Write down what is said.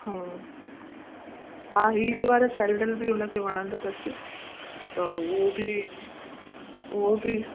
हूं हा हील वारा सैंडिल बि हुनखे वणंदा अथस त उहो बि उहो बि